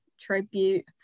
tribute